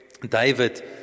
David